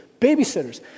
Babysitters